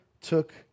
took